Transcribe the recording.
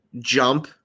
jump